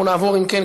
חברת הכנסת